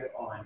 on